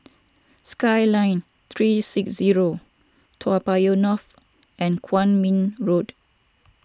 Skyline three six zero Toa Payoh North and Kwong Min Road